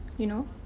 you know?